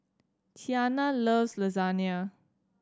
Tianna loves Lasagna